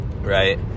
right